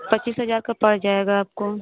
पच्चीस हजार का पड़ जाएगा आपको